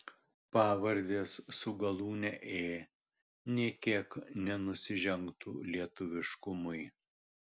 pavardės su galūne ė nė kiek nenusižengtų lietuviškumui